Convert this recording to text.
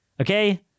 Okay